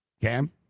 Cam